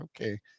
Okay